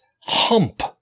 hump